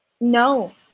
no